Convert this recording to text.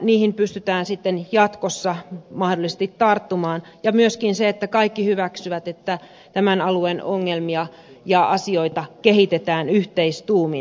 niihin pystytään sitten jatkossa mahdollisesti tarttumaan ja kaikki myöskin hyväksyvät että tämän alueen ongelmia ja asioita kehitetään yhteistuumin